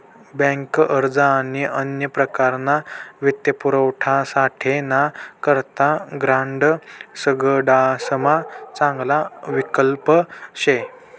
bank अर्ज आणि अन्य प्रकारना वित्तपुरवठासाठे ना करता ग्रांड सगडासमा चांगला विकल्प शे